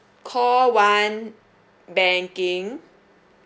call one banking